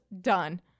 Done